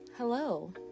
Hello